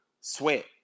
sweat